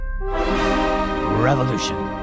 revolution